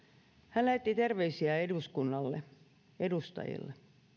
hän lähetti terveisiä eduskunnalle edustajille